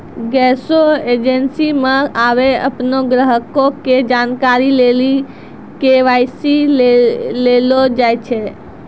गैसो एजेंसी मे आबे अपनो ग्राहको के जानकारी लेली के.वाई.सी लेलो जाय छै